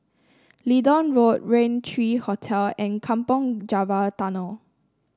Leedon Road Raintr Hotel and Kampong Java Tunnel